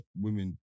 women